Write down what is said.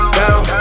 down